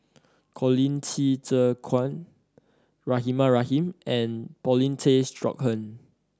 Colin Qi Zhe Kuan Rahimah Rahim and Paulin Tay Straughan